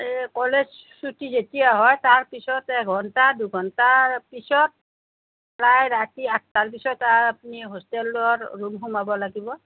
এই কলেজ ছুটি যেতিয়া হয় তাৰপিছত এঘণ্টা দুঘণ্টাৰ পিছত প্ৰায় ৰাতি আঠটাৰ পিছত আপুনি হোষ্টেলৰ ৰূম সোমাব লাগিব